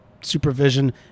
supervision